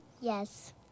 Yes